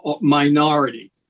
minority